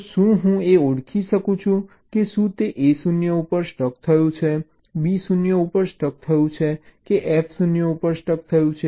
તો શું હું એ ઓળખી શકું છું કે શું તે A 0 ઉપર સ્ટક થયું છે B 0 ઉપર સ્ટક થયું છે કે F 0 ઉપર સ્ટક થયું છે